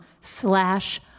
slash